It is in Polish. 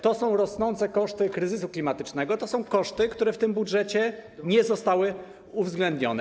To są rosnące koszty kryzysu klimatycznego, to są koszty, które w tym budżecie nie zostały uwzględnione.